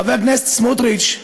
חבר הכנסת סמוטריץ,